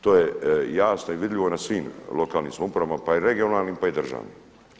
To je jasno i vidljivo na svim lokalnim samoupravama pa i regionalnim pa i državnim.